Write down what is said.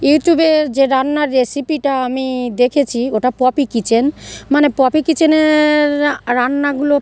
ইউটিউবের যে রান্নার রেসিপিটা আমি দেখেছি ওটা পপি কিচেন মানে পপি কিচেনের রা রান্নাগুলো